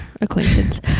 acquaintance